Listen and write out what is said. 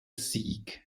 sieg